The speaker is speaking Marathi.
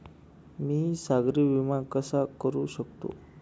मी सागरी विमा कसा करू शकतो?